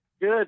Good